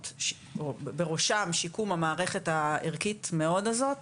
בראשם שיקום המערכת הערכית מאוד הזאת,